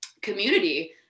community